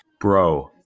Bro